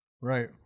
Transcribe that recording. Right